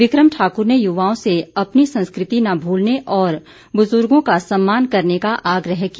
बिक्रम ठाकुर ने युवाओं से अपनी संस्कृति न भूलने और बुजुर्गो का सम्मान करने का आग्रह किया